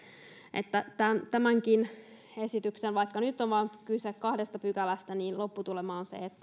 että tämänkin esityksen vaikka nyt on kyse vain kahdesta pykälästä lopputulema on se